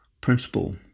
principle